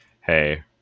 hey